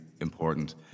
important